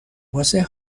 واسه